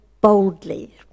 boldly